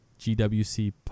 gwc